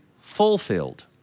fulfilled